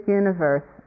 universe